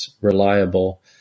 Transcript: reliable